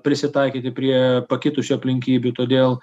prisitaikyti prie pakitusių aplinkybių todėl